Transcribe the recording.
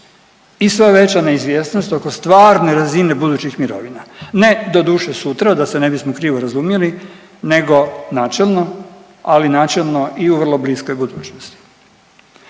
i sve veća neizvjesnost oko stvarne razine budućih mirovina. Ne doduše sutra da se ne bismo krivo razumjeli, nego načelno ali načelno i u vrlo bliskoj budućnosti.